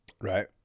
right